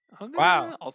Wow